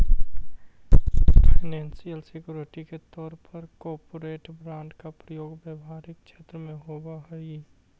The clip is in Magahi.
फाइनैंशल सिक्योरिटी के तौर पर कॉरपोरेट बॉन्ड के प्रयोग व्यापारिक क्षेत्र में होवऽ हई